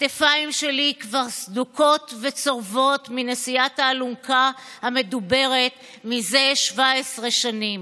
הכתפיים שלי כבר סדוקות וצורבות מנשיאת האלונקה המדוברת מזה 17 שנים.